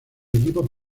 equipo